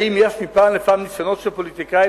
האם יש מפעם לפעם ניסיונות של פוליטיקאים